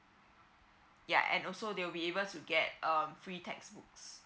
ya and also they will be able to get um free textbooks